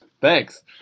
Thanks